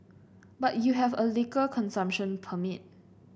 but you have a liquor consumption permit